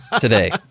today